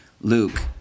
Luke